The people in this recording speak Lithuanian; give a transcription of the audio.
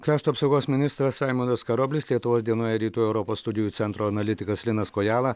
krašto apsaugos ministras raimundas karoblis lietuvos dienoje rytų europos studijų centro analitikas linas kojala